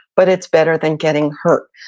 but it's better than getting hurt,